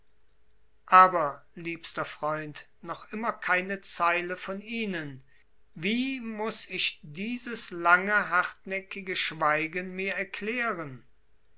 aber liebster freund noch immer keine zeile von ihnen wie muß ich dieses lange hartnäckige schweigen mir erklären